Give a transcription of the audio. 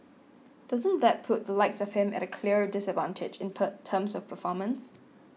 doesn't that put the likes of him at a clear disadvantage in term terms of performance